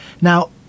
Now